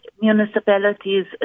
municipalities